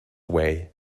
way